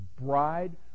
bride